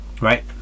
Right